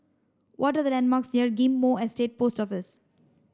what are the landmarks near Ghim Moh Estate Post Office